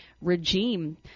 regime